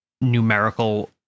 numerical